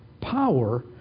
power